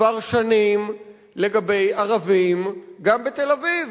כבר שנים לגבי ערבים גם בתל-אביב,